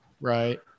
Right